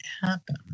happen